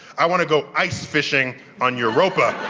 i want to go ice fishing on europa.